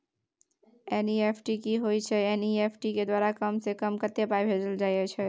NEFT की होय छै एन.ई.एफ.टी के द्वारा कम से कम कत्ते पाई भेजल जाय छै?